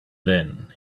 then